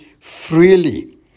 freely